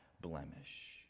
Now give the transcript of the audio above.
blemish